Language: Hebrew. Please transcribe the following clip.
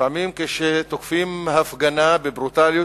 לפעמים כשתוקפים הפגנה בברוטליות,